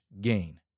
gain